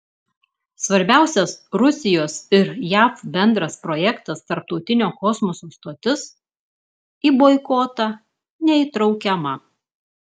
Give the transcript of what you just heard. svarbiausias rusijos ir jav bendras projektas tarptautinė kosmoso stotis į boikotą neįtraukiama